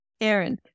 Aaron